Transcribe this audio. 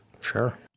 Sure